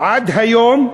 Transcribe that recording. עד היום,